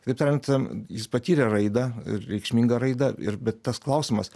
kitaip tariant jis patyrė raidą ir reikšmingą raidą ir bet tas klausimas